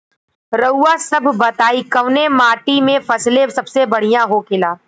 रउआ सभ बताई कवने माटी में फसले सबसे बढ़ियां होखेला?